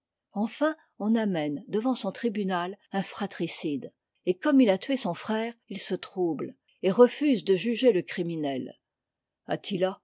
enfin on amène devant son tribunal un fratricide et comme il a tué son frère il se trouble et refuse de juger le criminel